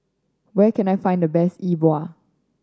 where can I find the best E Bua